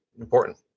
important